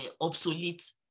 obsolete